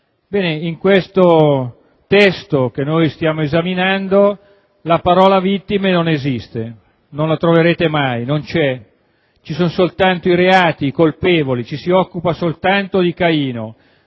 Nel testo che stiamo esaminando la parola «vittime» non esiste, non la troverete mai, non c'è; ci sono soltanto i reati, i colpevoli, ci si occupa soltanto di Caino,